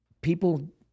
people